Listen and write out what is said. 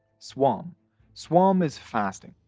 sawm um sawm is fasting.